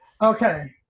Okay